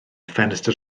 ffenestr